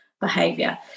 behavior